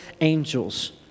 angels